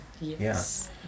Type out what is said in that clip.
Yes